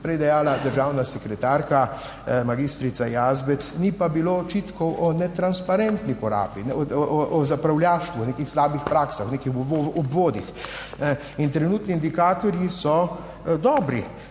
prej dejala državna sekretarka magistrica Jazbec, ni pa bilo očitkov o netransparentni porabi, o zapravljaštvu, o nekih slabih praksah, nekih obvodih. In trenutni indikatorji so dobri.